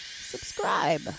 subscribe